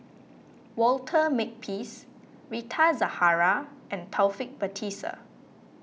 Walter Makepeace Rita Zahara and Taufik Batisah